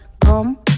Come